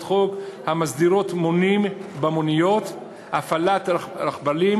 חוק המסדירות מונים במוניות והפעלת רכבלים.